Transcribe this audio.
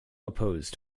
opposed